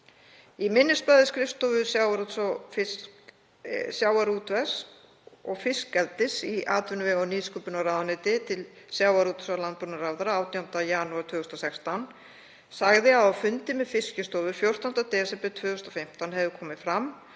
Í minnisblaði skrifstofu sjávarútvegs- og fiskeldis í atvinnuvega- og nýsköpunarráðuneyti til sjávarútvegs- og landbúnaðarráðherra 18. janúar 2016 sagði að á fundi með Fiskistofu 14. desember 2015 hefði komið fram